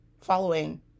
following